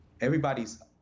everybody's